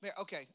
Okay